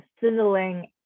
sizzling